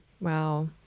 Wow